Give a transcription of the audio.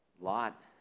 Lot